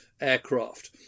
aircraft